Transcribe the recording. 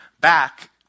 back